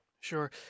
Sure